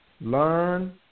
learn